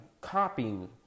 copying